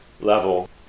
level